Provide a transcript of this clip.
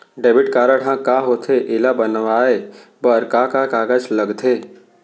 Debit card ह का होथे एला बनवाए बर का का कागज लगथे?